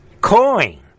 coin